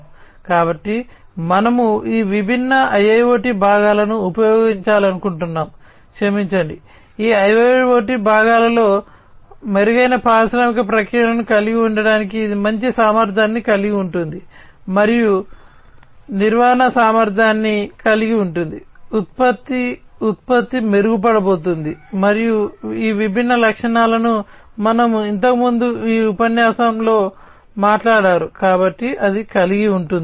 కాబట్టి మనము ఈ విభిన్న IIoT భాగాలను ఉపయోగించాలనుకుంటున్నాము క్షమించండి ఈ IoT భాగాలలో మెరుగైన పారిశ్రామిక ప్రక్రియలను కలిగి ఉండటానికి ఇది మంచి సామర్థ్యాన్ని కలిగి ఉంటుంది మరియు నిర్వహణ సామర్థ్యాన్ని కలిగి ఉంటుంది ఉత్పత్తి మెరుగుపడబోతోంది మరియు ఈ విభిన్న లక్షణాలను మనము ఇంతకుముందు ఈ ఉపన్యాసంలో మాట్లాడారు కాబట్టి అది కలిగి ఉంటుంది